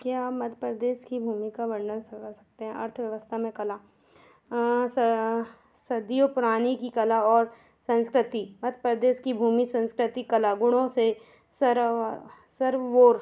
क्या आप मध्य प्रदेश की भूमिका वर्णन सकते हैं अर्थव्यवस्था में कला सदियों पुरानी की कला और संस्कृति मध्य प्रदेश की भूमि संस्कृति कला गुणों से सर्वा सरवोर